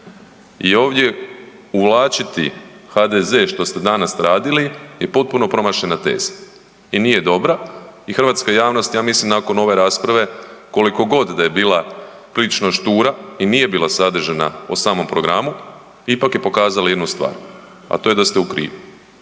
i ovdje uvlačiti HDZ što ste danas radili je potpuno promašena teza i nije dobra i hrvatska javnost ja mislim nakon ove rasprave koliko god da je bila prilično štura i nije bila sadržajna o samom programu ipak je pokazala jednu stvar, a to je da ste u krivu,